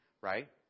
right